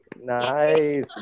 Nice